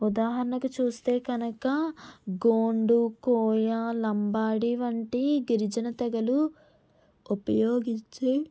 ఉదాహరణకు చూస్తే కనుక గోండు కోయ లంబాడి వంటి గిరిజన తెగలు ఉపయోగించి